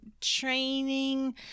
training